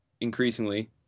increasingly